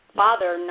father